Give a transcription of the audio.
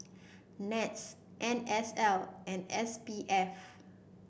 NETS N S L and S P F